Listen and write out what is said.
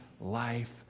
life